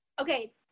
okay